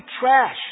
trash